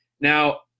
Now